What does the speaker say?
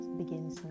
begins